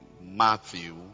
Matthew